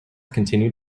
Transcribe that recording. continued